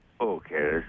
okay